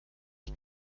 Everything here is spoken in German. die